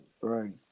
right